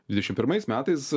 dvidešim pirmais metais